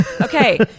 Okay